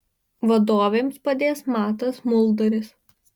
vadovėms padės matas muldaris